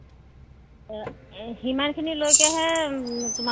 নহয় নহয় বাইদেউ আপুনি গোটেই মাৰ্কেট ঘূৰি চাওক মোতকৈ কমত কোনো দিব নোৱাৰে